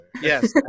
Yes